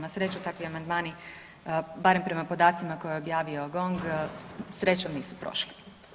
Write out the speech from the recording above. Na sreću takvi amandmani, barem prema podacima koje je objavio GONG, srećom nisu prošli.